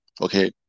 okay